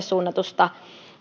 suunnatusta